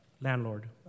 Landlord